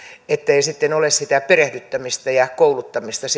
ei sitten ole sitä perehdyttämistä ja kouluttamista